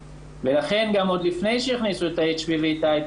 ולכן גם עוד לפני שהכניסו את הHPV-Typing